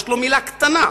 יש לו מלה קטנה.